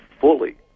fully